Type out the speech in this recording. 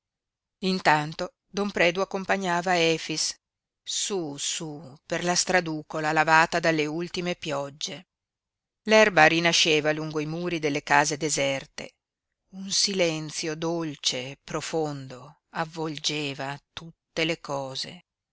intanto don predu accompagnava efix su su per la straducola lavata dalle ultime piogge l'erba rimaneva lungo i muri delle case deserte un silenzio dolce profondo avvolgeva tutte le cose